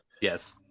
Yes